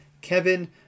Kevin